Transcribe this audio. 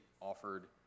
offered